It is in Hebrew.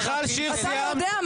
מיכל שיר, סיימת?